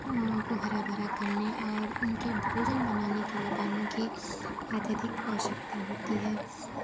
को हरा भरा करने और उनके भोजन बनाने के लिए पानी की अत्यधिक आवश्यकता होती है